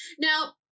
Now